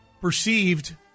perceived